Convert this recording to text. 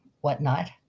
whatnot